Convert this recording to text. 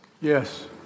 Yes